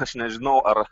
aš nežinau ar